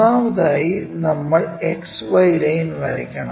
ഒന്നാമതായി നമ്മൾ XY line വരയ്ക്കണം